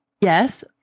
Yes